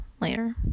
later